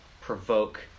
provoke